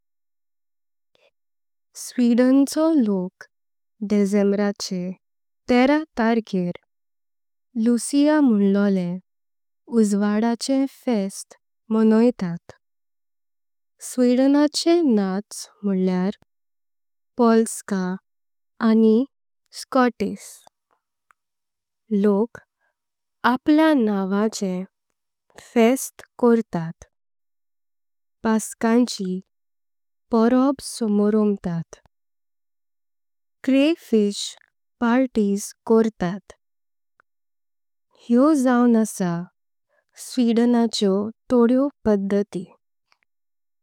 स्वीडनचो लोक डिसेंबराचे तेरा तारीखेर लुसिया। म्हणलोलेम उजवाडाचे फेस्ट मणीतात। स्वीडनाचे नाच म्होल्लेआर पोल्स्का आनी शॉटिस। लोक आपल्या नावाचे फेस्ट करतात पसकांची। परब समरंभतात क्रेफिश पार्ट्या करतात। हेयो जाऊन आसां स्वीडनाच्या तोंडॆव पडती।